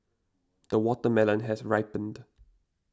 the watermelon has ripened